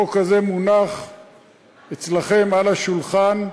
החוק הזה מונח על שולחנכם.